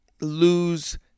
lose